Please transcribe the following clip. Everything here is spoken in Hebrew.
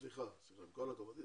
סליחה, עם כל הכבוד.